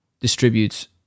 distributes